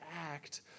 act